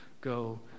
go